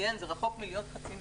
זה רחוק מלהיות חצי מדינה.